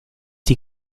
die